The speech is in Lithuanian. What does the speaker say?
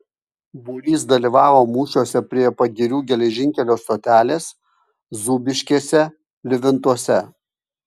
būrys dalyvavo mūšiuose prie pagirių geležinkelio stotelės zūbiškėse livintuose